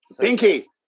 Pinky